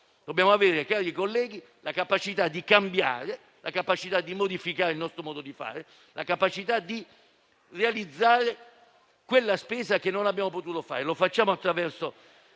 avanti ed avere, cari colleghi, la capacità di cambiare, di modificare il nostro modo di fare, di realizzare quella spesa che non abbiamo potuto fare. Lo facciamo attraverso